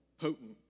potent